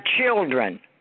children